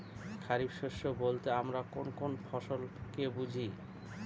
খরিফ শস্য বলতে আমরা কোন কোন ফসল কে বুঝি?